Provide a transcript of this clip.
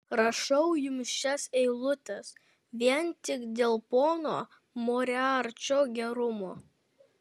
rašau jums šias eilutes vien tik dėl pono moriarčio gerumo